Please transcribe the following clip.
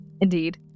indeed